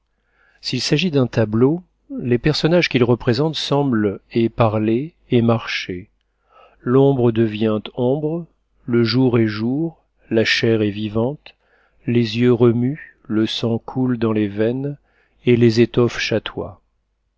s'il s'agit d'un tableau les personnages qu'il représente semblent et parler et marcher l'ombre devient ombre le jour est jour la chair est vivante les yeux remuent le sang coule dans les veines et les étoffes